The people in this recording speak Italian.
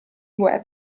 web